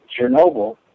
Chernobyl